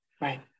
Right